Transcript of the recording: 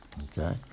Okay